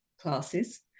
classes